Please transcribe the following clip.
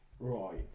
Right